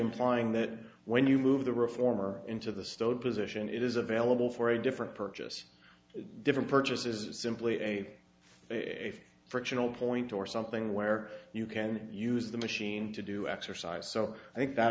implying that when you move the reformer into the stone position it is available for a different purchase different purchase is simply a fractional point or something where you can use the machine to do exercise so i think that